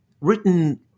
written